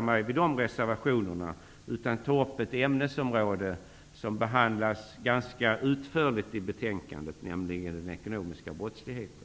mig ytterligare vid de reservationerna utan ta upp ett ämnesområde som behandlas ganska utförligt i betänkandet, nämligen den ekonomiska brottsligheten.